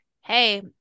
hey